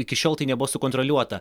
iki šiol tai nebuvo sukontroliuota